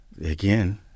again